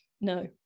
No